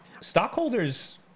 stockholders